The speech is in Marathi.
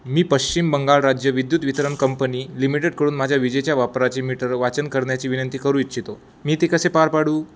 मी पश्चिम बंगाल राज्य विद्युत वितरण कंपनी लिमिटेडकडून माझ्या विजेच्या वापराचे मीटर वाचन करण्याची विनंती करू इच्छितो मी ते कसे पार पाडू